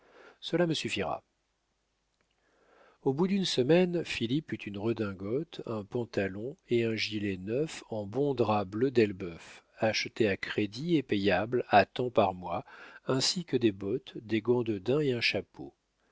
cela me suffira au bout d'une semaine philippe eut une redingote un pantalon et un gilet neufs en bon drap bleu d'elbeuf achetés à crédit et payables à tant par mois ainsi que des bottes des gants de daim et un chapeau